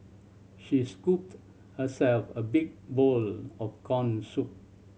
she scooped herself a big bowl of corn soup